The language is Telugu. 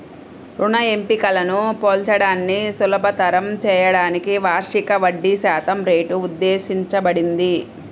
రుణ ఎంపికలను పోల్చడాన్ని సులభతరం చేయడానికి వార్షిక వడ్డీశాతం రేటు ఉద్దేశించబడింది